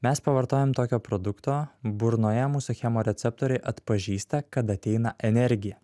mes pavartojam tokio produkto burnoje mūsų chemoreceptoriai atpažįsta kad ateina energija